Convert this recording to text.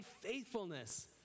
faithfulness